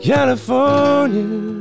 California